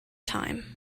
time